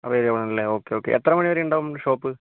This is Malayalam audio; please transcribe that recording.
അവൈലബിൾ ആണല്ലേ ഓക്കേ ഓക്കേ എത്ര മണി വരെ ഉണ്ടാകും ഷോപ്പ്